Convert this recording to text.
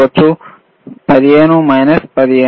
15 minus 15